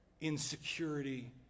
insecurity